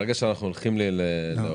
ברגע שאנחנו מדברים על תוכנית,